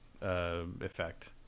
effect